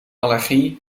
allergie